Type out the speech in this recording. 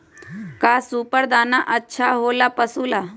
का सुपर दाना अच्छा हो ला पशु ला?